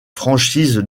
franchise